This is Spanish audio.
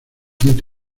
hit